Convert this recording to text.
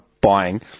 buying